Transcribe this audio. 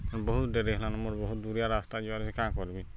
ବହୁତ୍ ଡେରି ହେଲାନ ମୋର୍ ବହୁତ୍ ଦୂରିଆ ରାସ୍ତା ଯିବାର୍ ଅଛେ କାଁ କର୍ମି